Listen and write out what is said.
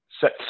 set